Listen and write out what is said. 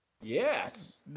Yes